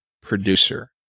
producer